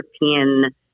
European